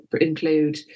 include